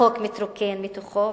החוק מתרוקן מתוכנו,